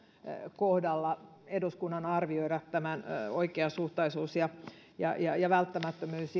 kohdalla eduskunnan arvioida tämän oikeasuhtaisuus ja ja välttämättömyys